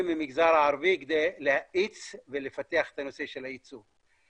מהמגזר הערבי כדי להאיץ ולפתח את הנושא של היצוא.